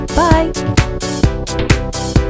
bye